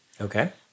Okay